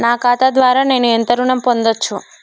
నా ఖాతా ద్వారా నేను ఎంత ఋణం పొందచ్చు?